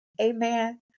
amen